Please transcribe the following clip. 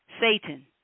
Satan